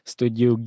Studio